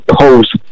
post